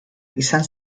izan